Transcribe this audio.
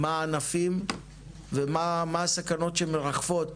מהם הענפים ומהן הסכנות שמרחפות